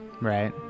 Right